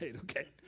Okay